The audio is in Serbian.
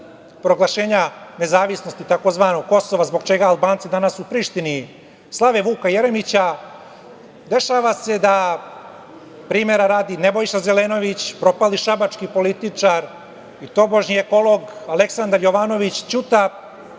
proglašenja nezavisnosti tzv. Kosova zbog čega Albanci danas u Prištini slave Vuka Jeremića.Dešava se da, primera radi, Nebojša Zelenović, propali šabački političar i tobožnji ekolog Aleksandar Jovanović Ćuta